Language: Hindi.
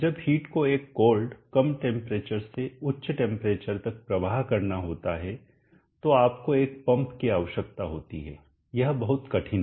जब हिट को एक कोल्ड कम टेंपरेचर से उच्च टेंपरेचर तक प्रवाह करना होता है तो आपको एक पंप की आवश्यकता होती है यह बहुत अधिक कठिन है